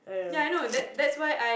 I don't know